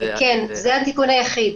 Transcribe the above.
זה התיקון היחיד.